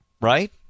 right